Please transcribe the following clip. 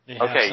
Okay